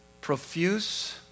Profuse